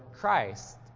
Christ